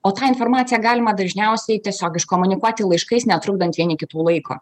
o tą informaciją galima dažniausiai tiesiog iškomunikuoti laiškais netrukdant vieni kitų laiko